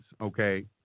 okay